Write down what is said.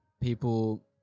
people